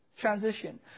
Transition